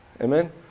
Amen